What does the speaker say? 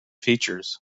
features